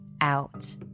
out